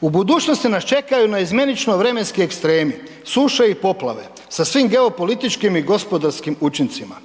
u budućnosti nas čekaju naizmjenično vremenski ekstremi suše i poplave sa svim geopolitičkim i gospodarskim učincima.